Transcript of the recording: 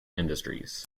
industries